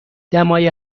دمای